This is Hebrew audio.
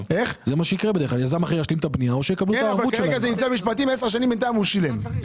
אבל כרגע זה נמצא במשפטים; בינתיים הוא שילם עשר שנים.